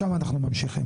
משם אנחנו ממשיכים.